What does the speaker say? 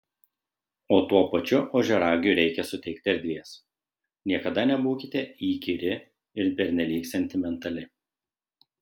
o tuo pačiu ožiaragiui reikia suteikti erdvės niekada nebūkite įkyri ir pernelyg sentimentali